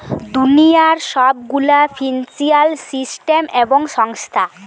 দুনিয়ার সব গুলা ফিন্সিয়াল সিস্টেম এবং সংস্থা